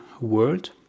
world